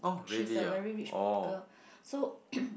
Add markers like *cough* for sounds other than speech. she's a very rich girl so *coughs*